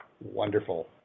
Wonderful